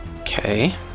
okay